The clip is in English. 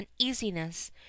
uneasiness